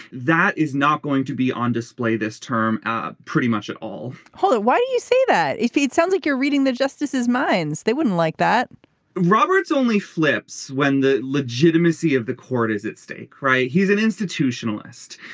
that is not going to be on display this term ah pretty much at all hold it. why do you say that. if it sounds like you're reading the justices minds they wouldn't like that roberts only flips when the legitimacy of the court is at stake right. he's an institutionalist.